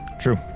True